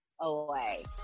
away